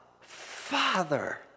Father